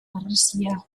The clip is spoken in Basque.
harresia